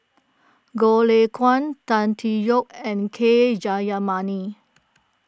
Goh Lay Kuan Tan Tee Yoke and K Jayamani